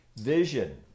vision